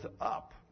up